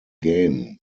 game